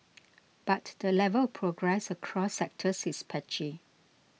but the level of progress across sectors is patchy